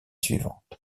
suivantes